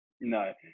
No